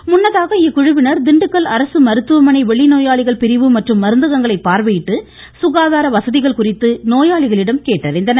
அரசு முன்னதாக இக்குழுவினர் திண்டுக்கல் வெளிநோயாளிகள் பிரிவு மற்றும் மருந்தகங்களை பார்வையிட்டு சுகாதார வசதிகள் குறித்து நோயாளிகளிடம் கேட்டறிந்தனர்